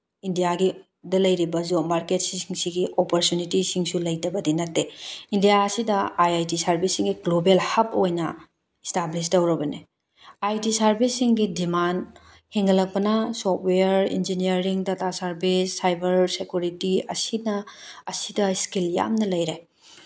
ꯏꯟꯗꯤꯌꯥꯒꯤꯗ ꯂꯩꯔꯤꯕ ꯖꯣꯕ ꯃꯥꯔꯀꯦꯠꯁꯤꯡꯁꯤꯒꯤ ꯑꯣꯄꯣꯔꯆꯨꯅꯤꯇꯤꯁꯤꯡꯁꯨ ꯂꯩꯇꯕꯗꯤ ꯅꯠꯇꯦ ꯏꯟꯗꯤꯌꯥ ꯑꯁꯤꯗ ꯑꯥꯏ ꯑꯥꯏ ꯇꯤ ꯁꯥꯔꯚꯤꯁꯁꯤꯡꯒꯤ ꯒ꯭ꯂꯣꯕꯦꯜ ꯍꯕ ꯑꯣꯏꯅ ꯏꯁꯇꯥꯕ꯭ꯂꯤꯁ ꯇꯧꯔꯕꯅꯤ ꯑꯥꯏ ꯇꯤ ꯁꯥꯔꯤꯚꯤꯁꯁꯤꯡꯒꯤ ꯗꯤꯃꯥꯟ ꯍꯦꯟꯒꯠꯂꯛꯄꯅ software engineering data service cyber security ꯑꯁꯤꯅ ꯑꯁꯤꯗ ꯏꯁꯀꯤꯜ ꯌꯥꯝꯅ ꯂꯩꯔꯦ